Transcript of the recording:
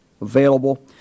available